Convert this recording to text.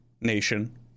nation